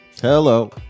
Hello